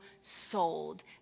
sold